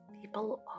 people